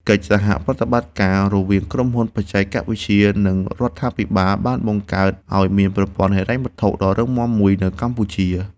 កិច្ចសហប្រតិបត្តិការរវាងក្រុមហ៊ុនបច្ចេកវិទ្យា និងរដ្ឋាភិបាលបានបង្កើតឱ្យមានប្រព័ន្ធហិរញ្ញវត្ថុដ៏រឹងមាំមួយនៅកម្ពុជា។